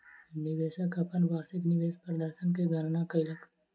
निवेशक अपन वार्षिक निवेश प्रदर्शन के गणना कयलक